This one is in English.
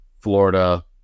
Florida